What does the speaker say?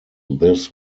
this